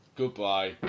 goodbye